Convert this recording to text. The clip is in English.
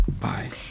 Bye